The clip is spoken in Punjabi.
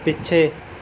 ਪਿੱਛੇ